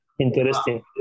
interesting